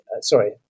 Sorry